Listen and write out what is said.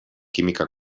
química